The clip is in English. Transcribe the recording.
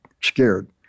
scared